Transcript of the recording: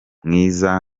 mwiza